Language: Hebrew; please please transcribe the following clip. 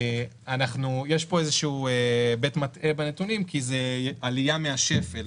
יש פה איזשהו היבט מטעה בנתונים כי זו עלייה מהשפל.